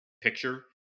picture